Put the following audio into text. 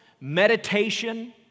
meditation